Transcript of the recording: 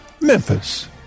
Memphis